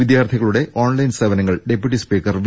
വിദ്യാർത്ഥികളുടെ ഓൺലൈൻ സേവനങ്ങൾ deputy speaker V